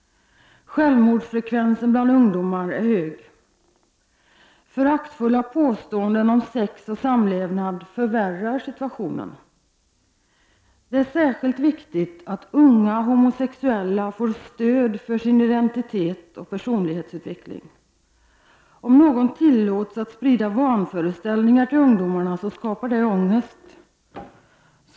Självmordsfrekvensen bland ungdomar är hög. Föraktfulla påståenden om sex och samlevnad förändrar inte situationen. Det är särskilt viktigt att unga homosexuella får stöd för sin identitet och personlighetsutveckling. Om någon tillåts att sprida vanföreställningar till ungdomar skapar detta ångest.